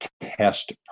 test